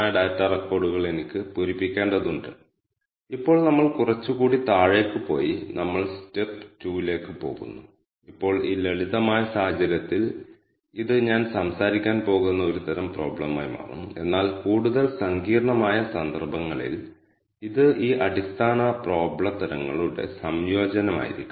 csv ന്റെ സഹായത്തോടെ സൂചിപ്പിച്ചതുപോലെ ഇത് ഈ ടാബുലാർ ഫോർമാറ്റിൽ നിന്ന് ഡാറ്റ വായിക്കുകയും ഡാറ്റാ ഫ്രെയിമിന്റെ ടൈപ്പ് ഒബ്ജക്റ്റ് കോൾ ട്രിപ്പ് ഡീറ്റൈൽസിലേക്ക് അത് അസൈൻ ചെയ്യുകയും ചെയ്യുന്നു